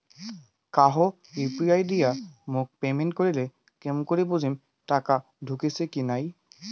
কাহো ইউ.পি.আই দিয়া মোক পেমেন্ট করিলে কেমন করি বুঝিম টাকা ঢুকিসে কি নাই?